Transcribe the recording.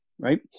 right